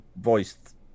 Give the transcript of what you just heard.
voiced